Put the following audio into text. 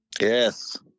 Yes